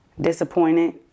disappointed